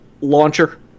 launcher